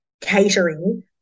catering